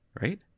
right